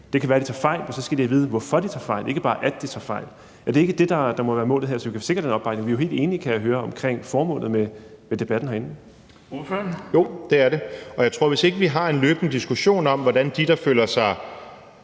Det kan være, at de tager fejl, men så skal de have at vide, hvorfor de tager fejl, ikke bare, at de tager fejl. Er det ikke det, der må være målet her, så vi kan sikre den opbakning? Vi er jo helt enige, kan jeg høre, om formålet med debatten herinde. Kl. 13:53 Den fg. formand (Erling Bonnesen): Ordføreren.